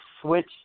switch